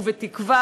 ובתקווה,